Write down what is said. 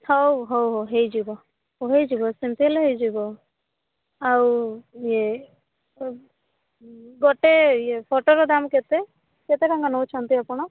ହଉ ହଉ ହଉ ହେଇଯିବ ହେଇଯିବ ସେମିତି ହେଲେ ହେଇଯିବ ଆଉ ଇଏ ଗୋଟେ ଇଏ ଫଟୋର ଦାମ୍ କେତେ କେତେଟଙ୍କା ନଉଛନ୍ତି ଆପଣ